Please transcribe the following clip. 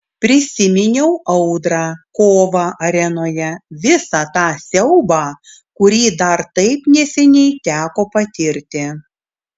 prisiminiau audrą kovą arenoje visą tą siaubą kurį dar taip neseniai teko patirti